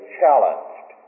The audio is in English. challenged